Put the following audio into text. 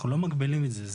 אנחנו לא מגבילים את זה.